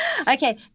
Okay